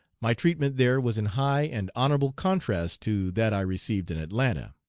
my treatment there was in high and honorable contrast to that i received in atlanta.